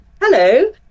Hello